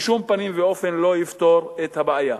בשום פנים ואופן לא יפתור את הבעיה.